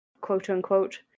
quote-unquote